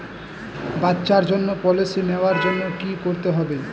বাচ্চার জন্য পলিসি নেওয়ার জন্য কি করতে হবে?